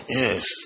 yes